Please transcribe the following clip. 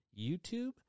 YouTube